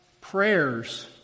prayers